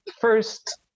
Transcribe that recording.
first